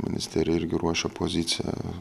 ministerija irgi ruošia poziciją